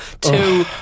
two